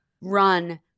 run